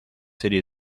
city